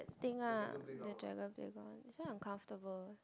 thing lah the dragon flavour one it's very uncomfortable